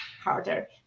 harder